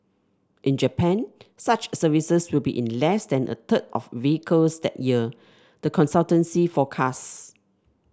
in Japan such services will be in less than a third of vehicles that year the consultancy forecasts